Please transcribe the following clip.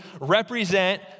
represent